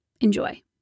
Enjoy